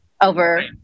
over